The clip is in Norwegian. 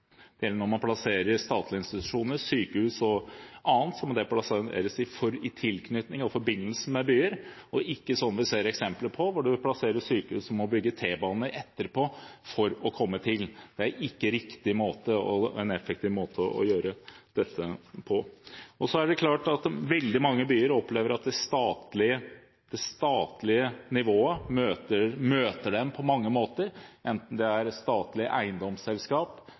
plasseres i tilknytning til og i forbindelse med byene, og ikke slik vi ser eksempler på, at man plasserer sykehus og må bygge T-bane etterpå for å komme til dem. Det er ikke en riktig og effektiv måte å gjøre dette på. Det er klart at veldig mange byer opplever at det statlige nivået møter dem på mange måter. Enten det er